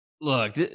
Look